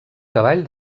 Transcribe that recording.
cavall